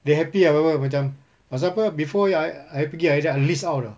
dia happy ah apa apa macam pasal apa before I I pergi I dah list out dah